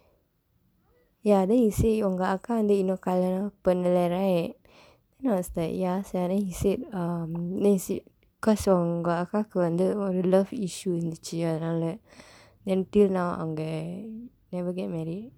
ya then he say உங்க அக்கா இன்னும் கல்யாணம் பண்ணல:ungka akkaa innum kalyaanam panaala right then I was like ya sia then he said um then he said cause உங்க அக்காக்கு வந்து:ungka akkaakku vandthu love issue இருந்துச்சு அதனால:irundthuchsu athanaala then until now அவங்க:avangka never get married